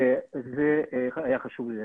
זה היה חשוב לי להבהיר.